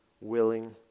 willing